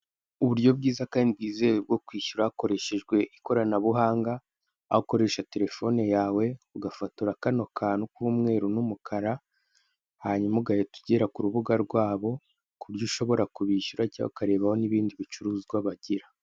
Uburyo bwiza kandi bwizewe bwo kwishyura hakoreshejwe ikoranabuhanga, aho ukoresha telefone yawe ugafotora kano kantu k'umweru n'umukara, hanyuma ugahita ugera ku rubuga rwabo ku buryo ushobora kubishyura cyangwa ukarebaho n'ibindi bicuruzwa bagira.